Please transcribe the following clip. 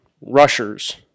rushers